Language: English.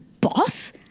boss